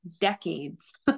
decades